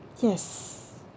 yes